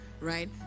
right